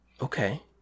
Okay